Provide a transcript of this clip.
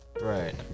Right